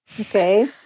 okay